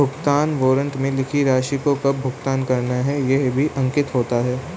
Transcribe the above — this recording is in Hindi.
भुगतान वारन्ट में लिखी राशि को कब भुगतान करना है यह भी अंकित होता है